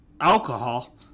alcohol